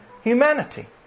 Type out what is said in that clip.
humanity